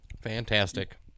Fantastic